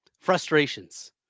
Frustrations